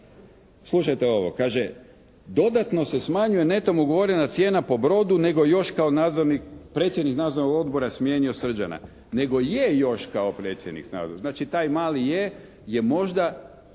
slušajte ovo, kaže dodatno se smanjuje netom ugovorena cijena po brodu nego još kao predsjednik Nadzornog odbora smijenio Srđana, nego je još kao predsjednik, znači taj mali je je možda